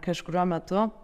kažkuriuo metu